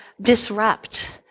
disrupt